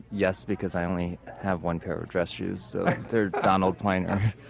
yes, because i only have one pair of dress shoes. so they're donald pliner